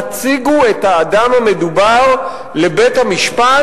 הציגו את האדם המדובר לבית-המשפט,